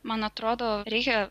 man atrodo reikia